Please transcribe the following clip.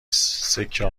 سکه